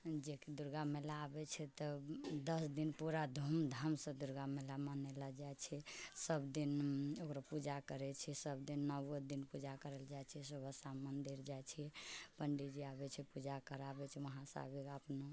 जेकि दुर्गा मेला आबै छै तऽ दस दिन पूरा धूमधामसँ दुर्गा मेला मनेलो जाइ छै सभ दिन ओकरो पूजा करै छै सभ दिन नओ दिन पूजा करल जाइ छै सुबह शाम मन्दिर जाइ छी पंडीजी आबै छै पूजा कराबै छै वहाँ सारा रातिमे